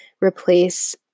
replace